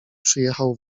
przyjechał